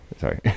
Sorry